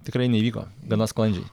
tikrai neįvyko gana sklandžiai